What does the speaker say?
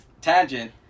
Tangent